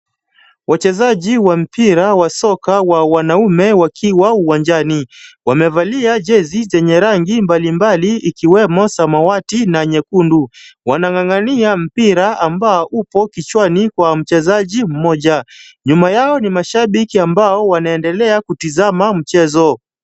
Wachezaji wa mpira wa soka wa wanaume wakiwa uwanjani wamevalia jezi chenye rangi mbalimbali ikiwemo samawati na nyekundu. Wanang'angania mpira ambao upo kichwani kwa mchezaji mmoja. Nyuma yao ni mashabiki ambao wanaendelea kutazama mchezo.